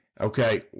okay